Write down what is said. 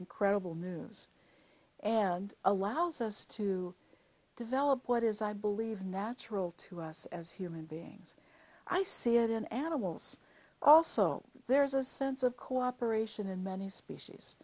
incredible moves and allows us to develop what is i believe natural to us as human beings i see it in animals also there is a sense of cooperation in many species